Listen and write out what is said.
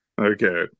Okay